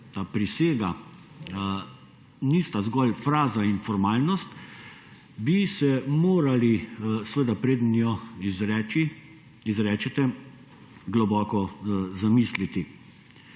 ta prisega nista zgolj fraza in formalnost, bi se morali seveda preden jo izrečete, globoko zamisliti.